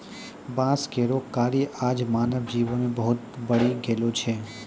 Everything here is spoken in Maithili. बांस केरो कार्य आज मानव जीवन मे बहुत बढ़ी गेलो छै